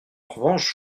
revanche